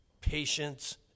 patience